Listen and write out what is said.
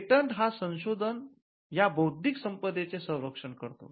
patent हा 'संशोधन' या बौद्धिक संपदेचे संरक्षण करतो